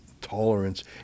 tolerance